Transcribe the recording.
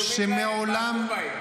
בעטו בהן.